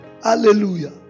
Hallelujah